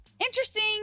Interesting